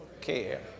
care